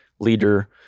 leader